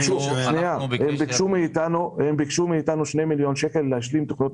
הם ביקשו מאתנו 2 מיליון שקלים להשלים תכניות